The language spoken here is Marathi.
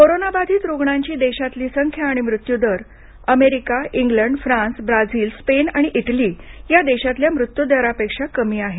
कोरोनाबाधित रुग्णांची देशातली संख्या आणि मृत्युदर हा America England France Brazil Spain आणि इटली या देशातल्या मृत्युदरापेक्षा कमी आहे